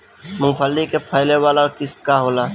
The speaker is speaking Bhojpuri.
मूँगफली के फैले वाला किस्म का होला?